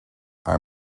are